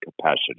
capacity